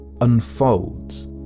unfolds